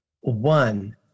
One